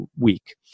week